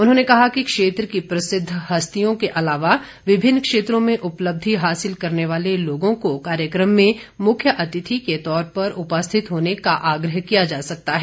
उन्होंने कहा कि क्षेत्र की प्रसिद्ध हस्तियों के अलावा विभिन्न क्षेत्रों में उपलब्धी हासिल करने वाले लोगों को कार्यक्रम में मुख्य अतिथी के तौर पर उपस्थित होने का आग्रह किया जा सकता है